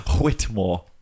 Whitmore